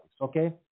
okay